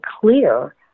clear